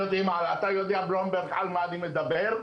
אתה יודע ברומברג על מה אני מדבר,